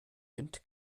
gegend